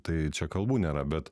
tai čia kalbų nėra bet